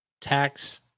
tax